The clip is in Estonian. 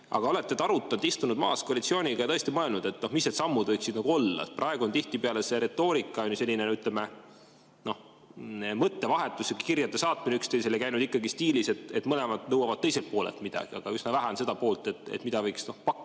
te olete arutanud, istunud maha koalitsiooniga ja tõesti mõelnud, mis need sammud võiksid olla? Praegu on tihtipeale see retoorika ja mõttevahetus, kirjade saatmine üksteisele käinud stiilis, et mõlemad nõuavad teiselt poolelt midagi, aga üsna vähe on seda poolt, et mida võiks pakkuda